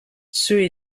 c’eût